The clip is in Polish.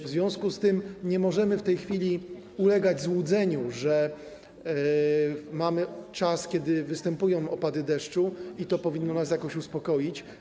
W związku z tym nie możemy w tej chwili ulegać złudzeniu, że mamy czas, kiedy występują opady deszczu, i to powinno nas jakoś uspokoić.